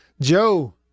Joe